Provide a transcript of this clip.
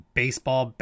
baseball